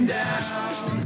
down